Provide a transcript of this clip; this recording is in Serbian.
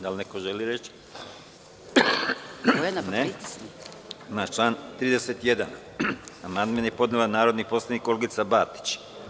Da li neko želi reč? (Ne.) Na član 31. amandman je podnela narodni poslanik Olgica Batić.